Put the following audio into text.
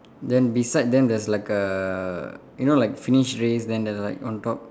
then beside them there's like err you know like finish race then there's like on top